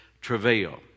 travail